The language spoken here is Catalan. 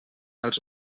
els